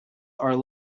are